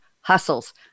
hustles